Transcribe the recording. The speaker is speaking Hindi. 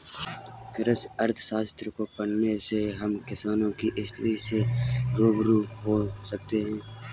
कृषि अर्थशास्त्र को पढ़ने से हम किसानों की स्थिति से रूबरू हो सकते हैं